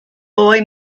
boy